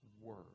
word